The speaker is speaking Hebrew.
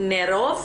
נרוב